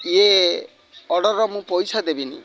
ଇଏ ଅର୍ଡ଼ର୍ର ମୁଁ ପଇସା ଦେବିନି